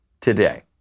today